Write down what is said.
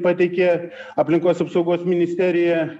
pateikė aplinkos apsaugos ministerija